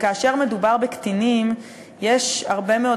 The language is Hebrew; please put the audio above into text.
וכאשר מדובר בקטינים יש הרבה מאוד